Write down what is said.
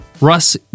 Russ